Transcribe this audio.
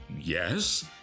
Yes